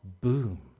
Boom